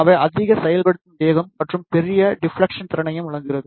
அவை அதிக செயல்படுத்தும் வேகம் மற்றும் பெரிய டிஃப்லக்சன் திறனையும் வழங்குகிறது